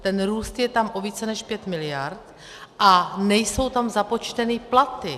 Ten růst je tam o více než 5 miliard a nejsou tam započteny platy.